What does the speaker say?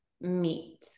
meet